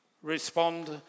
Respond